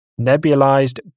nebulized